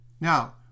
Now